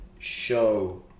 show